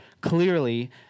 clearly